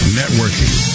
networking